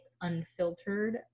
unfiltered